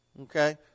okay